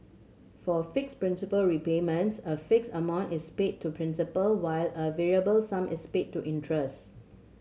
for fixed principal repayments a fixed amount is paid to principal while a variable sum is paid to interest